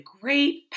great